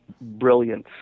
brilliance